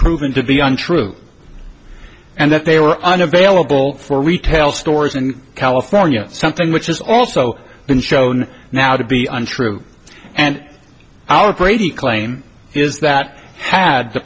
proven to be untrue and that they were unavailable for retail stores in california something which has also been shown now to be untrue and our brady claim is that had the